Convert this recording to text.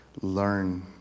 learn